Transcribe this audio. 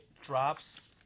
drops